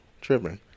tripping